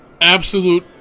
absolute